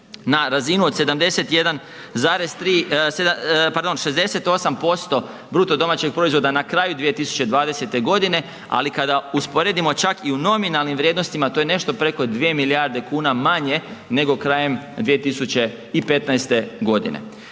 na razinu od 71,3, pardon, 68% BDP-a na kraju 2020. g. ali kada usporedimo čak i u nominalnim vrijednostima, to je nešto preko 2 milijarde kuna manje nego krajem 2015. godine.